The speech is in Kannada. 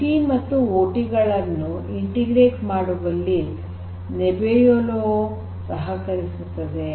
ಐಟಿ ಮತ್ತು ಓಟಿ ಗಳನ್ನು ಇಂಟಿಗ್ರೇಟ್ ಮಾಡುವಲ್ಲಿ ನೆಬಿಯೊಲೊ ಸಹಕರಿಸುತ್ತದೆ